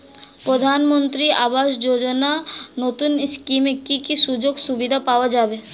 প্রধানমন্ত্রী আবাস যোজনা নতুন স্কিমে কি কি সুযোগ সুবিধা পাওয়া যাবে?